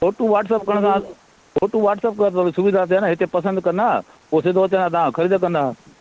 photo WhatsApp करण सां photo WhatsApp करण सां थोरी सुविधा थिए हा न हिते पसंदि कनि हा पोइ सिधो अचनि हा तव्हां वटि ख़रीदु कनि हा